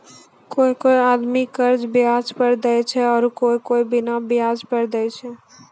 कोय कोय आदमी कर्जा बियाज पर देय छै आरू कोय कोय बिना बियाज पर देय छै